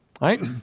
Right